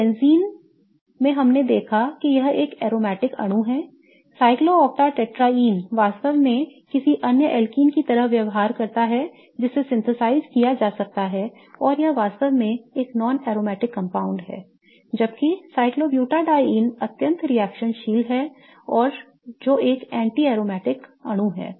तो बेंजीन हमने देखा कि एक aromatic अणु है cyclooctatetraene वास्तव में किसी अन्य alkene की तरह व्यवहार करता है इसे संश्लेषित किया जा सकता है और यह वास्तव में एक गैर अरोमैटिक कंपाउंड्स है जबकि cyclobutadiene अत्यधिक रिएक्शनशील है जो एक एंटी एरोमैटिक अणु है